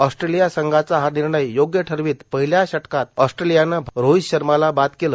Australia संघाचा हा निर्णय योग्य ठरवित पहिल्या षटकात ऑस्ट्रेलियानं भारतीय संघाचा रोहित शर्माला बाद केलं